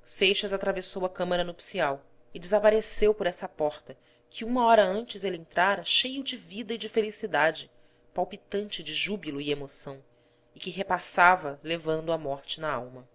seixas atravessou a câmara nupcial e desapareceu por essa porta que uma hora antes ele entrara cheio de vida e de felicidade palpitante de júbilo e emoção e que repassava levando a morte na alma